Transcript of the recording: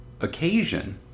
occasion